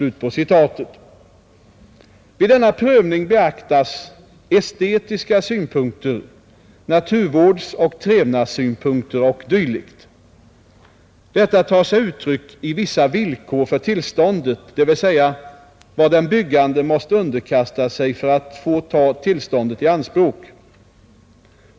Vid denna prövning beaktas estetiska synpunkter, naturvårdsoch trevnadssynpunkter o. d. Detta tar sig uttryck i vissa villkor för tillståndet — dvs. vad den byggande måste underkasta sig för att få ta tillståndet i anspråk.